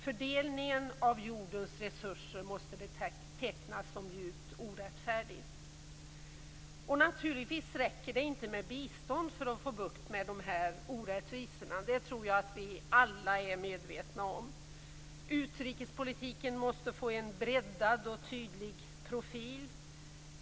Fördelningen av jordens resurser måste betecknas som djupt orättfärdig. Naturligtvis räcker det inte med bistånd för att få bukt med de här orättvisorna. Det tror jag att vi alla är medvetna om. Utrikespolitiken måste få en breddad och tydlig profil.